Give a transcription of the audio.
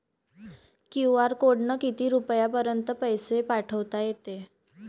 QR कोडनं किती रुपयापर्यंत पैसे पाठोता येते?